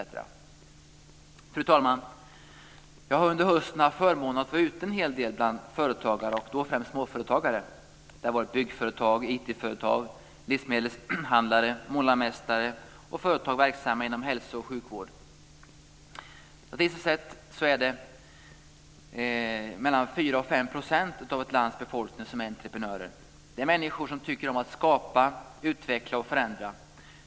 Fru talman! Jag har under hösten haft förmånen att vara ute en hel del bland företagare, främst småföretagare. Det har gällt byggföretag, IT-företag, livsmedelshandlare, målarmästare och företag verksamma inom hälso och sjukvård. Statistiskt sett är 4-5 % av ett lands befolkning entreprenörer - människor som tycker om att skapa, utveckla och förändra.